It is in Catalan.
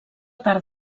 part